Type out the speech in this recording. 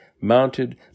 mounted